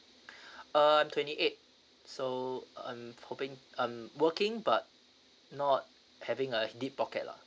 uh I'm twenty eight so I'm hoping I'm working but not having a deep pocket lah